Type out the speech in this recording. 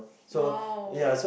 !wow!